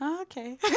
Okay